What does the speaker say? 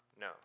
No